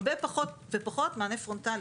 הרבה פחות במענה הפרונטלי.